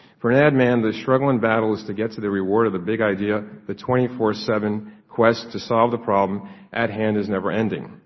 for an ad man the struggle and battle was to get to the reward of the big idea, the twenty four seven quest to solve the problem at hand is never ending.